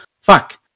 fuck